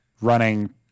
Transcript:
running